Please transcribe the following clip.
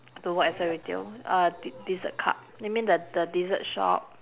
to work as a retail uh dessert cup you mean the the dessert shop